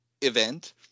event